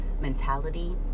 mentality